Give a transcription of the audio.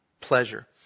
pleasure